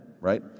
Right